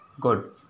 good